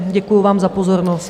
Děkuju vám za pozornost.